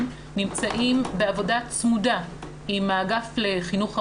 נמצאים בעבודה צמודה עם האגף לחינוך ערבי.